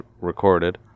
recorded